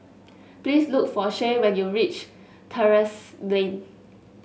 please look for Shay when you reach Terrasse Lane